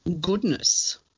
goodness